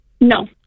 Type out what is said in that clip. No